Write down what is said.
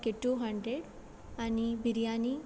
okay two hundred आनी बिर्याणी